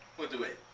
we'll do it.